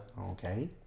Okay